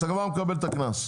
אתה כבר מקבל את הקנס.